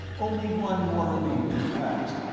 only one more remained to be passed,